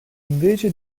invece